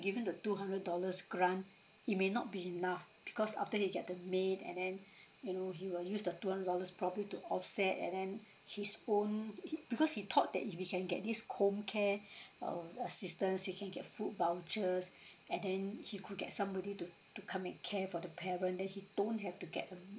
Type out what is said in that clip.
give him the two hundred dollars grant it may not be enough because after he get the maid and then you know he will use the two hundred dollars probably to offset and then his own he because he thought that if he can get this home care uh assistance he can get food vouchers and then he could get somebody to to come and care for the parent then he don't have to get a